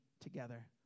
together